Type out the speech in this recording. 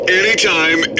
anytime